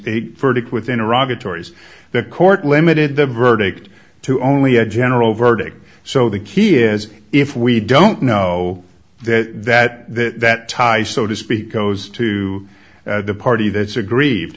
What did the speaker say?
authorities the court limited the verdict to only a general verdict so the key is if we don't know that that that that tie so to speak goes to the party that's agreed